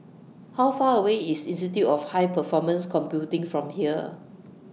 How Far away IS Institute of High Performance Computing from here